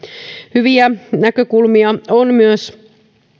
hyviä näkökulmia ovat myös